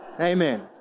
Amen